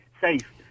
safe